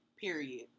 Period